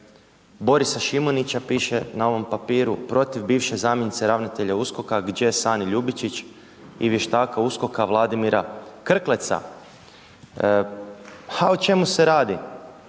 Borisa Šimunića, piše na ovom papiru protiv bivše zamjenice ravnatelja USOKOK-a gđe. Sanje Ljubičić i vještaka USKOK-a Vladimira Krkleca. A o čemu se radi?